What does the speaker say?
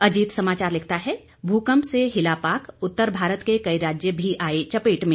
अजीत समाचार लिखता हैं भूकंप से हिला पाक उत्तर भारत के कई राज्य भी आए चपेट में